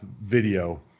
video